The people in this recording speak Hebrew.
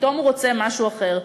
פתאום הוא רוצה משהו אחר.